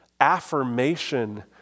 affirmation